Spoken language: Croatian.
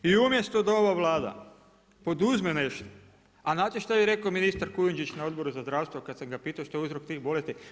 I umjesto da ova Vlada poduzme nešto, a znate što je rekao ministar Kujundžić na Odboru za zdravstvo kad sam ga pitao što je uzrok tih bolesti.